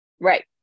right